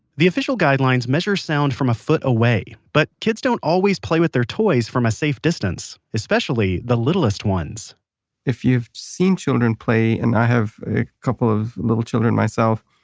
the official guidelines measure sound from a foot away. but, kids don't always play with their toys from a safe distance, especially the littlest ones if you've seen children play, and i have a couple of little children myself,